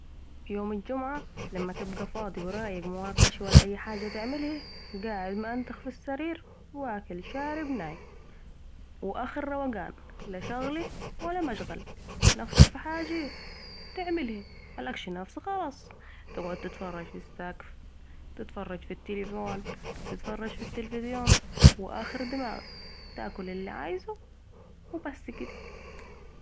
يوم الجمعه لما تبقى فاضي ورايق ما وراكيش ولا اي حاجه قاعد ما انتخ في السرير واكل شارب نايم و اخر روقان لا شغله ولا مشغله نفسك في حاجه تعملها ملكش نفس خلاص تقعد تتفرج في السقف تتفرج في التليفون تتفرج في التليفزيون تاكل الي عايزة و بس كده